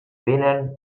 venen